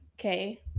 okay